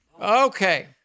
Okay